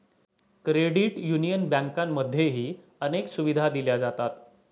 credit union बँकांमध्येही अनेक सुविधा दिल्या जातात